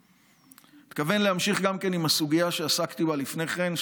אני מתכוון להמשיך גם בסוגיה שעסקתי בה לפני כן,